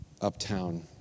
uptown